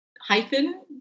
hyphen